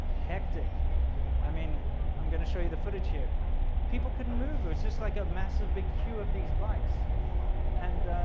hectic i mean i'm going to show you the footage here people couldn't move it's just like a massive big two of these bikes and